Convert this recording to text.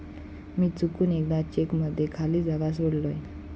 मी चुकून एकदा चेक मध्ये खाली जागा सोडलय